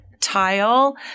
tile